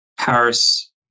Paris